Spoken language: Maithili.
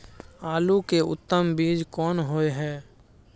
आलू के उत्तम बीज कोन होय है?